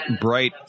bright